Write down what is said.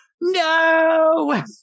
No